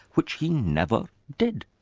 which he never did.